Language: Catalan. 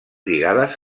lligades